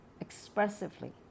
expressively